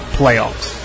playoffs